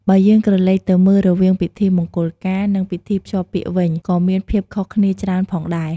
បើយើងក្រឡេកទៅមើល រវាងពិធីមង្គលការ និងពិធីភ្ជាប់ពាក្យវិញ ក៏មានភាពខុសគ្នាច្រើនផងដែរ។